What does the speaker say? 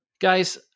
Guys